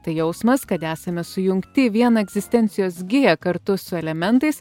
tai jausmas kad esame sujungti į vieną egzistencijos giją kartu su elementais